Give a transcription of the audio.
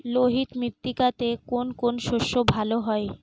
লোহিত মৃত্তিকাতে কোন কোন শস্য ভালো হয়?